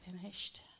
finished